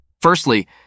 Firstly